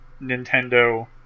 Nintendo